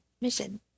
mission